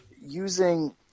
using